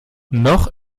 noch